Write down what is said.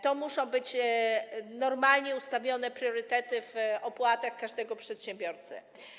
To muszą być normalnie ustawione priorytety w opłatach każdego przedsiębiorcy.